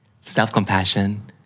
self-compassion